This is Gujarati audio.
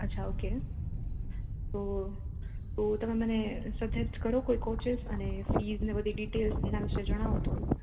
અચ્છા ઓકે ઓ ઓ તમે મને સજેસ કરો કોઈ કોચીસ અને ફીને બધી ડિટેલ્સ એના વિશે જણાવો